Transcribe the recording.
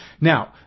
Now